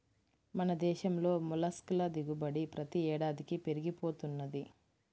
మన దేశంలో మొల్లస్క్ ల దిగుబడి ప్రతి ఏడాదికీ పెరిగి పోతున్నది